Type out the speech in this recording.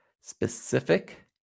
specific